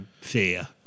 fear